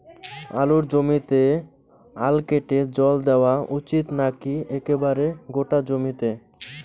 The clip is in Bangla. আলুর জমিতে আল কেটে জল দেওয়া উচিৎ নাকি একেবারে গোটা জমিতে?